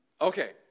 Okay